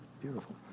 Beautiful